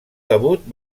debut